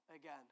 again